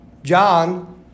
John